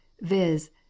viz